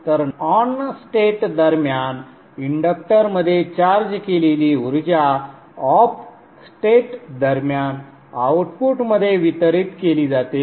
तर on state दरम्यान इंडक्टरमध्ये चार्ज केलेली ऊर्जा ऑफ स्टेट दरम्यान आउटपुटमध्ये वितरित केली जाते